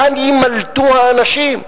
לאן יימלטו האנשים?